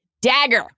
dagger